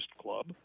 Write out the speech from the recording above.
club